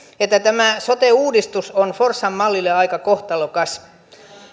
että tämä sote uudistus on forssan mallille aika kohtalokas